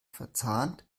verzahnt